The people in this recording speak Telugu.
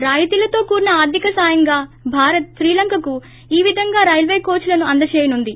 రాయితీలతో కూడిన ఆర్గిక సాయంగా భారత్ శ్రీలంకకు ఈ విధంగా రైల్వే కోచులను అందచేయనుంది